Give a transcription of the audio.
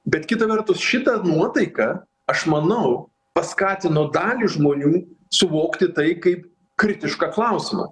bet kita vertus šita nuotaika aš manau paskatino dalį žmonių suvokti tai kaip kritišką klausimą